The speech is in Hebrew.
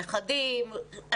נכדים,